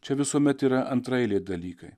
čia visuomet yra antraeiliai dalykai